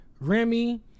Remy